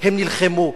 נלחמו,